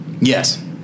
Yes